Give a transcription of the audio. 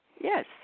Yes